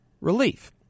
relief